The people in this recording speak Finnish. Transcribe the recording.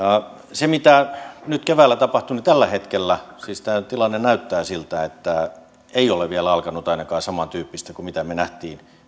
siihen mitä nyt keväällä tapahtuu tällä hetkellä tämä tilanne näyttää siltä että ei ole vielä alkanut ainakaan samantyyppistä kuin me näimme